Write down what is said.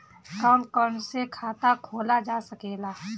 कौन कौन से खाता खोला जा सके ला?